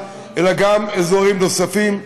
אלא גם אזורים נוספים,